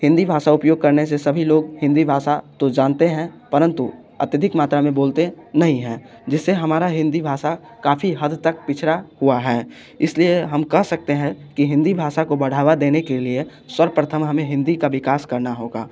हिंदी भाषा उपयोग करने से सभी लोग हिंदी भाषा तो जानते हैं परंतु अत्यधिक मात्रा में बोलते नहीं हैं जिससे हमारा हिंदी भाषा काफ़ी हद तक पिछड़ा हुआ है इसलिए हम कर सकते हैं कि हिंदी भाषा को बढ़ावा देने के लिए सर्वप्रथम हमें हिंदी का विकास करना होगा